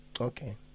Okay